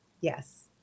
Yes